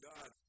God